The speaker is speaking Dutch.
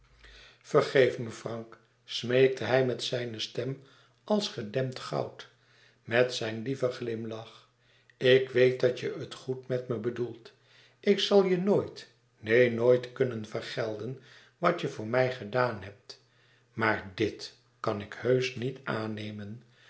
vergeef me frank smeekte hij met zijne stem als gedempt goud met zijn lieven glimlach ik weet dat je het goed met me bedoelt ik zal je nooit neen nooit kunnen vergelden wat je voor mij gedaan hebt maar dit kan ik heusch niet aannemen